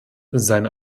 seine